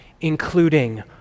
including